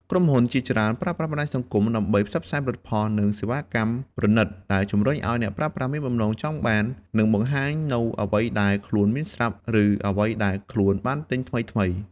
ក្រុមហ៊ុនជាច្រើនប្រើប្រាស់បណ្តាញសង្គមដើម្បីផ្សព្វផ្សាយផលិតផល និងសេវាកម្មប្រណីត ដែលជំរុញឱ្យអ្នកប្រើប្រាស់មានបំណងចង់បាន និងចង់បង្ហាញនូវអ្វីដែលខ្លួនមានស្រាប់ ឬអ្វីដែលខ្លួនបានទិញថ្មីៗ។